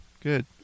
Good